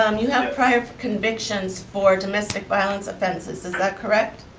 um you have prior convictions for domestic violence offenses, is that correct?